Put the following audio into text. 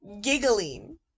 giggling